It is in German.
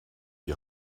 die